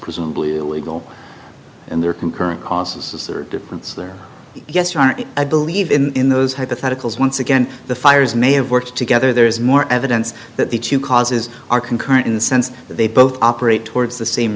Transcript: presumably illegal and there concurrent causes difference there yes you are i believe in those hypotheticals once again the fires may have worked together there is more evidence that the two causes are concurrent in the sense that they both operate towards the same